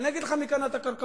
אני אגיד לך מי קנה את הקרקעות,